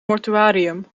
mortuarium